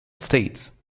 states